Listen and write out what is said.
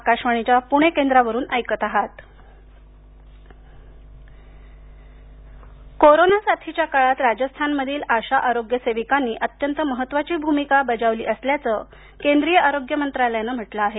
आशा सेविका कोरोना साथीच्या काळात राजस्थानमधील आशा आरोग्य सेविकांनी अत्यंत महत्त्वाची भूमिका बजावली असल्याचं केंद्रीय आरोग्य मंत्रालयानं म्हटलं आहे